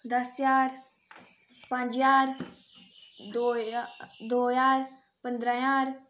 दस ज्हार पंज ज्हार दो ज्हा दो ज्हार पंदरां ज्हार